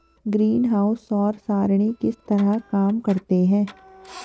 greenhouse सौर सरणी किस तरह काम करते हैं